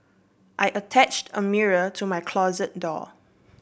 I attached a mirror to my closet door